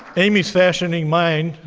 amy's fashioning mine.